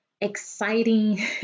exciting